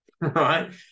right